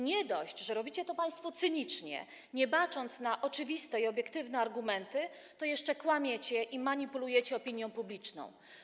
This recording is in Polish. Nie dość, że robicie to państwo cynicznie, nie bacząc na oczywiste i obiektywne argumenty, to jeszcze kłamiecie i manipulujecie opinią publiczną.